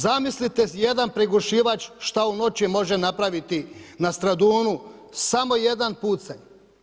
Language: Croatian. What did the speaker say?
Zamislite jedan prigušivač što u noći može napraviti na Stradunu, samo jedan pucanj.